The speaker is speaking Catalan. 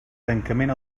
tancament